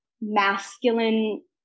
masculine